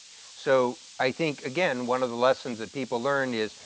so, i think again, one of the lessons that people learn is,